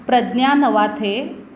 Pragya Navathe